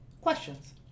Questions